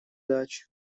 дач